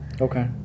Okay